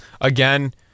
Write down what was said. again